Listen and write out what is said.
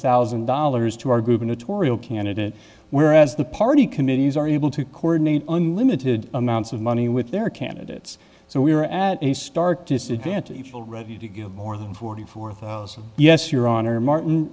thousand dollars to our group an authorial candidate whereas the party committees are able to coordinate unlimited amounts of money with their candidates so we are at a start disadvantage already to give more than forty four thousand yes your honor martin